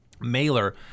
Mailer